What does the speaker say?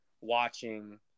watching